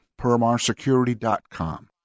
permarsecurity.com